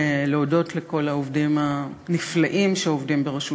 להודות לכל העובדים הנפלאים שעובדים ברשות